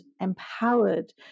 empowered